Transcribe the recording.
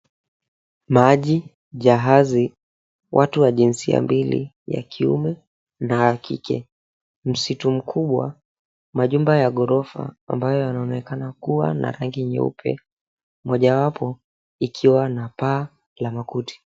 Maji, jahazi, watu wa jinsia mbili, ya kiume na kike, msitu mkubwa. Majumba ya ghorofa, ambayo yanaonekana kuwa na rangi nyeupe, mojawapo ikiwa na paa la makuti.